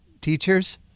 teachers